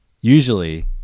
usually